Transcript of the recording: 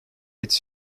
its